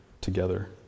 together